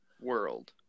World